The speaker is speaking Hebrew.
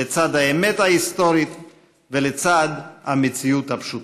לצד האמת ההיסטורית ולצד המציאות הפשוטה.